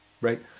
right